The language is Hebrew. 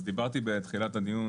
אז דיברתי בתחילת הדיון,